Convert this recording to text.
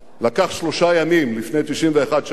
לקח שלושה ימים לפני 91 שנה.